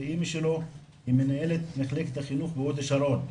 ואימא שלו היא מנהלת מחלקת החינוך בהוד השרון.